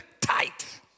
tight